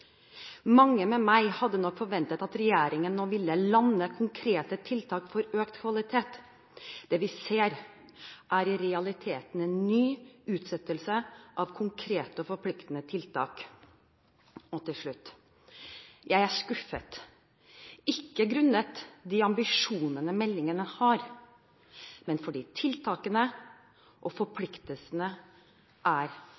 med meg hadde nok forventet at regjeringen nå ville «lande» konkrete tiltak for økt kvalitet. Det vi ser, er i realiteten en ny utsettelse av konkrete forpliktende tiltak.» Og til slutt: «Jeg er skuffet, ikke grunnet de ambisjonene meldingene har, men fordi tiltakene og forpliktelsene er